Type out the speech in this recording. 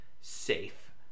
safe